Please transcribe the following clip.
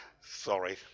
sorry